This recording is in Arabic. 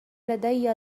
لدي